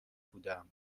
بودم